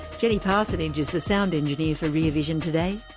jenny parsonage is the sound engineer for rear vision today.